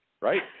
right